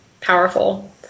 powerful